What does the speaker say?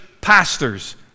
pastors